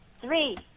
Three